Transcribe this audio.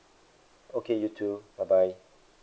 okay you too bye bye